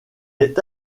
est